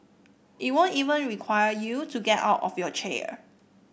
it won't even require you to get out of your chair